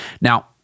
Now